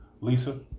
Lisa